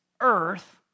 earth